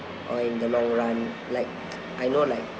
or in the long run like I know like